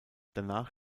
danach